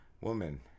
woman